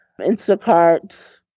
Instacart